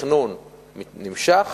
התכנון נמשך.